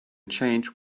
changed